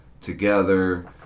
together